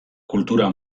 kultura